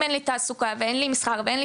אם אין לי תעסוקה ואין לי מסחר ואין לי